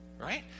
right